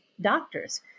doctors